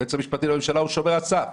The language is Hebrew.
היועץ המשפטי לממשלה הוא שומר הסף.